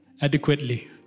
adequately